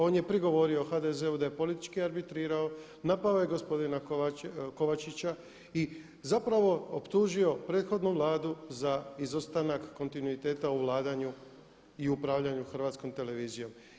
On je prigovorio HDZ-u da je politički arbitrirao, napao je gospodina Kovačića i zapravo optužio prethodnu Vladu za izostanak kontinuiteta u vladanju i upravljanju Hrvatskom televizijom.